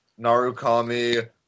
Narukami